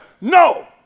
No